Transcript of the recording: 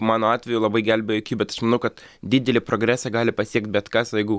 mano atveju labai gelbėjo ai kju bet aš manau kad didelį progresą gali pasiekt bet kas jeigu